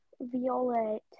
Violet